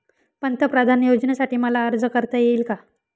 पंतप्रधान योजनेसाठी मला अर्ज करता येईल का?